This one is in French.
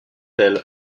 elle